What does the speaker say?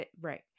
right